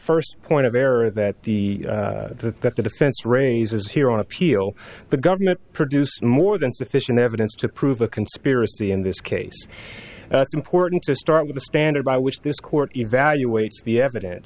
first point of error that the the that the defense ranges here on appeal the government produced more than sufficient evidence to prove a conspiracy in this case it's important to start with the standard by which this court evaluates the evidence